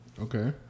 Okay